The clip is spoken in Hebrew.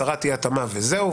הצהרת אי התאמה וזהו,